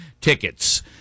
tickets